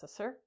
processor